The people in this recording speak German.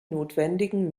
notwendigen